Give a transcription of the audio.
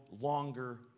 longer